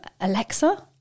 Alexa